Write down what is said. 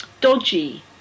dodgy